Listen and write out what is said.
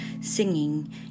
singing